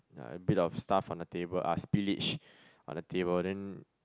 like a bit of stuff on the table ah spillage on the table then